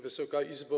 Wysoka Izbo!